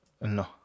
No